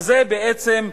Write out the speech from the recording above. אז זה בעצם צחוק.